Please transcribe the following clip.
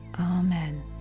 Amen